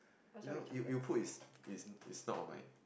no it it would put its its snout on my